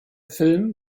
film